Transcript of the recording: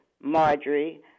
Marjorie